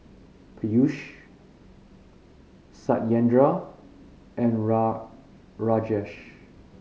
Peyush Satyendra and Rajesh